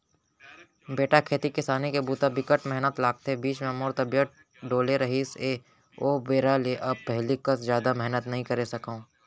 बेटा खेती किसानी के बूता बिकट मेहनत लागथे, बीच म मोर तबियत डोले रहिस हे ओ बेरा ले अब पहिली कस जादा मेहनत नइ करे सकव